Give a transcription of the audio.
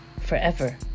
forever